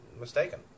mistaken